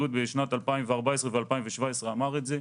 בשנת 2014 ו-2017 משרד הבריאות אמר את זה: